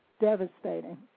devastating